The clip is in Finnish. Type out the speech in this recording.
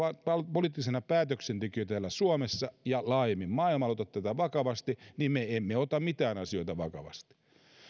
poliittisina päätöksentekijöinä täällä suomessa ja laajemmin maailmalla ota tätä vakavasti me emme ota mitään asioita vakavasti